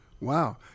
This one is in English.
Wow